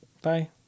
Bye